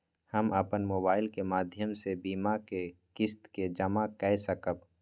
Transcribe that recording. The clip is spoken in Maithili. हम अपन मोबाइल के माध्यम से बीमा के किस्त के जमा कै सकब?